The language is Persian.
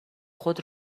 خود